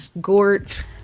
Gort